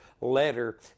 letter